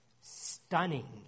Stunning